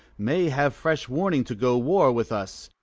may have fresh warning to go war with us,